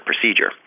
procedure